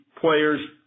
players